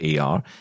AR